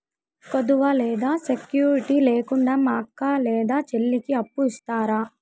కుదువ లేదా సెక్యూరిటి లేకుండా మా అక్క లేదా చెల్లికి అప్పు ఇస్తారా?